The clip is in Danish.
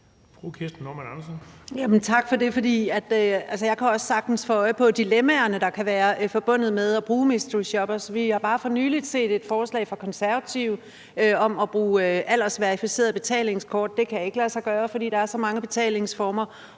Tak for det. Jeg kan også sagtens få øje på de dilemmaer, der kan være forbundet med at bruge mysteryshoppers. Vi har bare for nylig set et forslag fra De Konservative om at bruge aldersverificerede betalingskort. Det kan ikke lade sig gøre, fordi der er så mange betalingsformer.